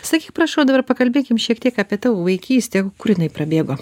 sakyk prašau dabar pakalbėkim šiek tiek apie tavo vaikystę o kur jinai prabėgo